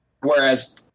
Whereas